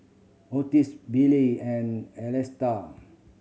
Ottis Bailee and Electa